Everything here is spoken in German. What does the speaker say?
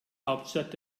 hauptstadt